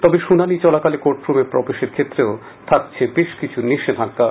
তবে শুনানি চলাকালে কোর্ট রুমে প্রবেশের ক্ষেত্রেও থাকছে বেশকিছু নিষেধাজ্ঞা